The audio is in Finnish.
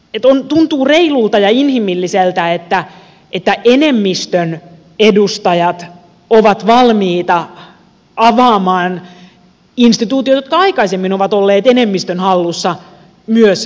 tuntuu reilulta ja inhimilliseltä että enemmistön edustajat ovat valmiita avaamaan instituutioita jotka aikaisemmin ovat olleet enemmistön hallussa myös vähemmistölle